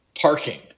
parking